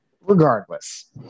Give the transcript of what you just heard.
Regardless